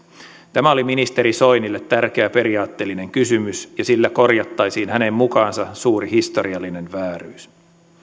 tämä oli ministeri soinille tärkeä periaatteellinen kysymys ja sillä korjattaisiin hänen mukaansa suuri historiallinen vääryys